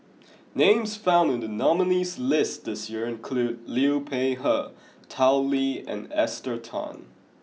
names found in the nominees' list this year include Liu Peihe Tao Li and Esther Tan